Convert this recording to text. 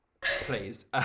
please